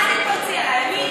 אל תתפרצי עלי,